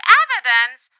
evidence